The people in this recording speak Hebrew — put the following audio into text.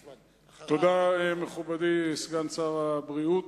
תודה, מכובדי סגן שר הבריאות.